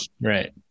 right